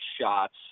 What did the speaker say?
shots